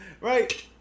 right